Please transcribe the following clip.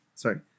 Sorry